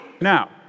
Now